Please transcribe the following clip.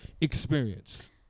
experience